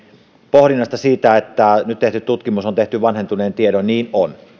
pohdinnasta liittyen siihen että nyt tehty tutkimus on tehty vanhentunein tiedoin niin on